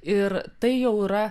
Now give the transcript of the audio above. ir tai jau yra